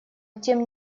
тем